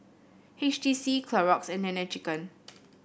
H T C Clorox and Nene Chicken